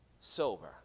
sober